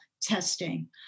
testing